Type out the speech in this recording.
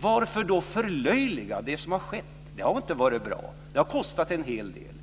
Varför då förlöjliga det som har skett? Det har kostat en hel del.